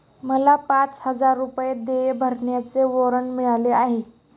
मला पाच हजार रुपये देय भरण्याचे वॉरंट मिळाले आहे